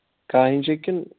کَہہ اِنٛچ یا کِنہٕ